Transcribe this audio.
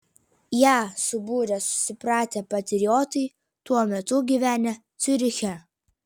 ją subūrė susipratę patriotai tuo metu gyvenę ciuriche